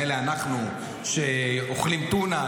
מילא אנחנו שאוכלים טונה.